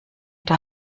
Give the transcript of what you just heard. der